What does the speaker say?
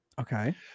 Okay